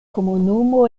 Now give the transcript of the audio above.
komunumo